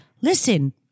Listen